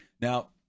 Now